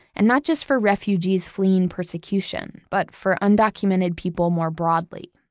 and not just for refugees fleeing persecution, but for undocumented people more broadly.